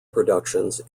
productions